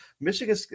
Michigan